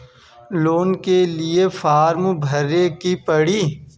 Loan के लिए form भरे के पड़ी?